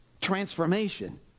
transformation